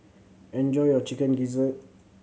enjoy your Chicken Gizzard